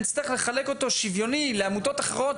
אני אצטרך לחלק אותו שוויוני לעמותות אחרות